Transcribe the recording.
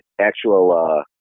actual